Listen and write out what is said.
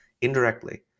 indirectly